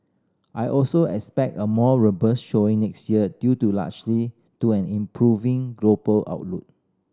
I also expect a more robust showing next year due to largely to an improving global outlook